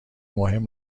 مهم